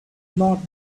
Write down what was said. not